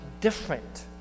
different